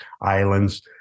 islands